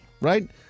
right